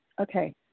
Okay